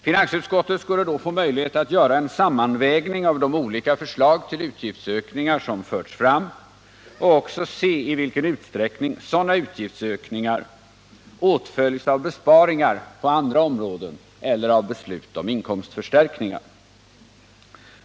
Finansutskottet skulle då få möjlighet att göra en sammanvägning av de olika förslag till utgiftsökningar som förs fram och också se i vilken utsträckning sådana utgiftsökningar åtföljs av besparingar på andra områden eller av beslut om inkomstförstärkningar.